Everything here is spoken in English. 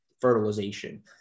fertilization